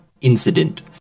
incident